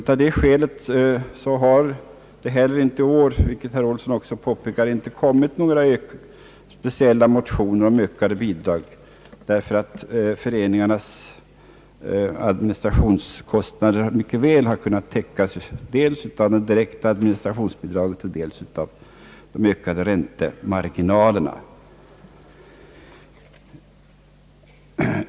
Av det skälet har det heller inte i år — vilket herr Olsson också påpekade — kommit några speciella motioner om ökade bidrag. Föreningarnas administrationskostnader bör därför väl kunna täckas dels av det direkta administrationsbidraget och dels av de ökade räntemarginalerna.